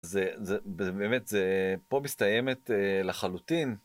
זה באמת, זה... פה מסתיימת לחלוטין.